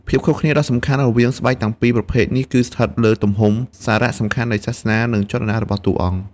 ភាពខុសគ្នាដ៏សំខាន់រវាងស្បែកទាំងពីរប្រភេទនេះគឺស្ថិតនៅលើទំហំ សារៈសំខាន់នៃសាសនា និងចលនារបស់តួអង្គ។